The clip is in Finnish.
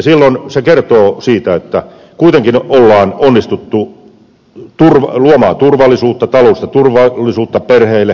silloin se kertoo siitä että kuitenkin on onnistuttu luomaan turvallisuutta taloudellista turvallisuutta perheille kodeille